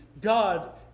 God